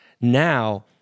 Now